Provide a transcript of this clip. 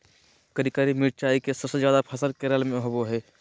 करिककी मिरचाई के सबसे ज्यादा फसल केरल में होबो हइ